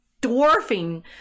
Dwarfing